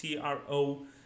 CRO